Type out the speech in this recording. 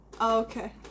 Okay